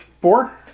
four